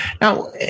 Now